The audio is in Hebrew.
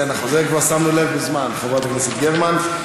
לזה כבר שמנו לב מזמן, חברת הכנסת גרמן.